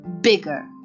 Bigger